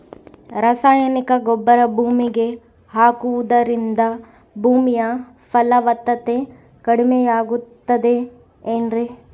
ರಾಸಾಯನಿಕ ಗೊಬ್ಬರ ಭೂಮಿಗೆ ಹಾಕುವುದರಿಂದ ಭೂಮಿಯ ಫಲವತ್ತತೆ ಕಡಿಮೆಯಾಗುತ್ತದೆ ಏನ್ರಿ?